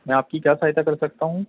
میں آپ کی کیا سہایتا کر سکتا ہوں